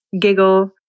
giggle